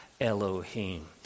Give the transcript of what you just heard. Elohim